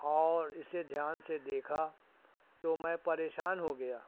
اور اسے دھیان سے دیکھا تو میں پریشان ہو گیا